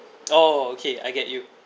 oh okay I get you